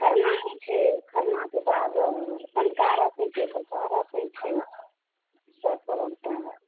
खरना हइ छै खरनाके बाद संँझका अरग हइ छै भोरका अरग हइ छै छठ परब तैंँ